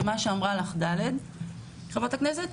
ומה שאמרה לך ד', חברת הכנסת,